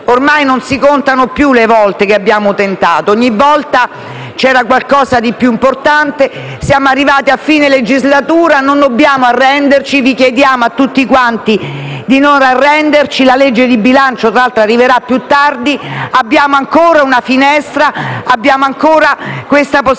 ormai non si contano più le volte che abbiamo tentato, ogni volta c'era qualcosa di più importante, siamo arrivati a fine legislatura, non dobbiamo arrenderci. Chiediamo a tutti quanti voi di non arrendervi; il disegno di legge di bilancio tra l'altro arriverà più tardi, quindi abbiamo ancora una finestra, una possibilità: